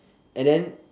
and then